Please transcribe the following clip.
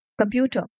computer